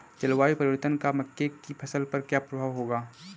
जलवायु परिवर्तन का मक्के की फसल पर क्या प्रभाव होगा?